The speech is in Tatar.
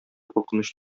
куркыныч